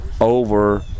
over